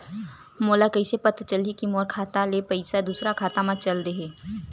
मोला कइसे पता चलही कि मोर खाता ले पईसा दूसरा खाता मा चल देहे?